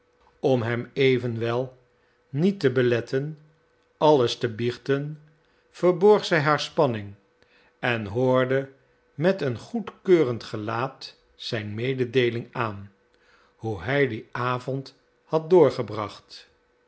om hem evenwel niet te beletten alles te biechten verborg zij haar spanning en hoorde met een goedkeurend gelaat zijn mededeeling aan hoe hij dien avond had doorgebracht